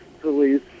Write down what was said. police